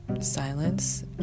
silence